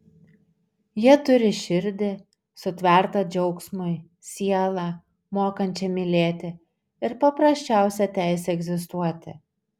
jie turi širdį sutvertą džiaugsmui sielą mokančią mylėti ir paprasčiausią teisę egzistuoti